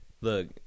Look